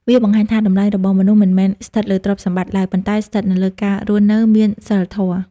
វាបង្ហាញថា តម្លៃរបស់មនុស្សមិនមែនស្ថិតលើទ្រព្យសម្បត្តិឡើយ ប៉ុន្តែស្ថិតលើការរស់នៅមានសីលធម៌។